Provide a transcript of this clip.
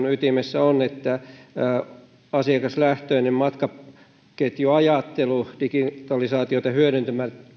ytimessä on asiakaslähtöinen matkaketjuajattelu digitalisaatiota hyödyntämällä